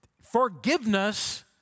forgiveness